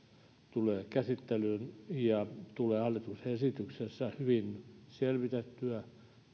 tulee käsiteltyä ja tulee hallituksen esityksessä hyvin selvitettyä